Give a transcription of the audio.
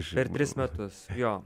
per tris metus jo